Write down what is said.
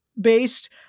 based